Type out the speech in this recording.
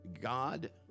God